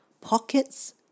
Pockets